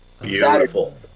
Beautiful